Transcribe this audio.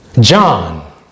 John